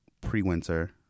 pre-winter